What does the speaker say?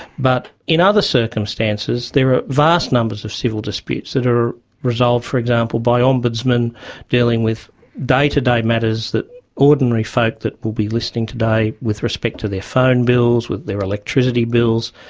but in other circumstances there are vast numbers of civil disputes that are resolved, for example, by ombudsman dealing with day-to-day matters that ordinary folk that will be listening today with respect to their phone bills, with their electricity bills,